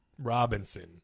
Robinson